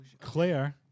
Claire